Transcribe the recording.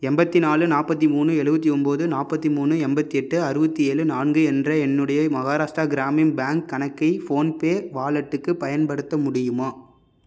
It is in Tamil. எண்பத்தி நாலு நாற்பத்தி மூணு எழுவத்தி ஒம்போது நாற்பத்தி மூணு எண்பத்தி எட்டு அறுபத்தி ஏழு நான்கு என்ற என்னுடைய மஹாராஷ்ட்ரா கிராமின் பேங்க் கணக்கை ஃபோன்பே வாலெட்டுக்கு பயன்படுத்த முடியுமா